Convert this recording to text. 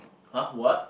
!huh! what